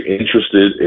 interested